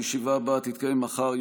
הישיבה הבאה תתקיים מחר,